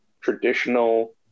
traditional